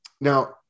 now